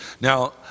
Now